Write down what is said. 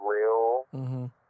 real